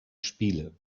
spiele